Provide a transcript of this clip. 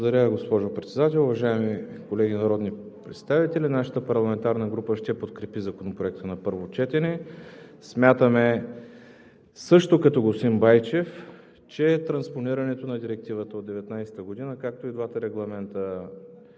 Благодаря, госпожо Председател. Уважаеми колеги народни представители, нашата парламентарна група ще подкрепи Законопроекта на първо четене. Смятаме също като господин Байчев, че транспонирането на Директивата от 2019 г., както и двата регламента